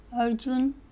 Arjun